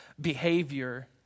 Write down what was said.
behavior